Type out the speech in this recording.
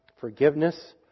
forgiveness